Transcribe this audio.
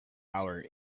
our